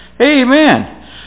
Amen